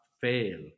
fail